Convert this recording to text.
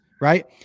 right